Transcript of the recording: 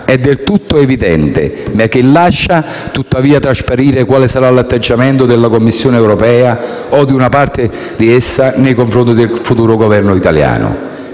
è del tutto evidente, perché lascia trasparire quale sarà l'atteggiamento della Commissione europea o di una parte di essa nei confronti del futuro Governo italiano.